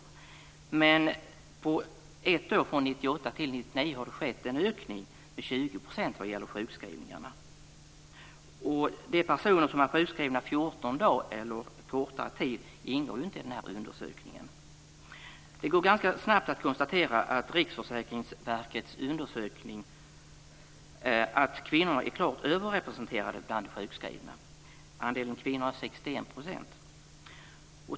På ett år, från 1998 till 1999, har det skett en ökning med 20 % vad gäller sjukskrivningarna. De personer som var sjukskrivna 14 dagar eller kortare tid ingår inte i undersökningen. Det går ganska snabbt att konstatera i Riksförsäkringsverkets undersökning att kvinnor är klart överrepresenterade bland de sjukskrivna. Andelen kvinnor är 61 %.